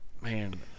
man